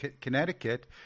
connecticut